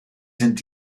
sind